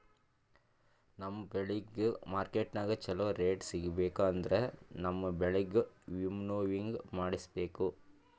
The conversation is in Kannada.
ನಮ್ ಬೆಳಿಗ್ ಮಾರ್ಕೆಟನಾಗ್ ಚೋಲೊ ರೇಟ್ ಸಿಗ್ಬೇಕು ಅಂದುರ್ ನಮ್ ಬೆಳಿಗ್ ವಿಂನೋವಿಂಗ್ ಮಾಡಿಸ್ಬೇಕ್